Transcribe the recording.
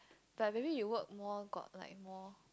but maybe you work more got like more